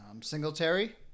Singletary